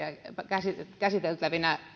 käsiteltävinä käsiteltävinä